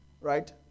Right